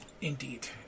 Indeed